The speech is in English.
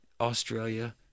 Australia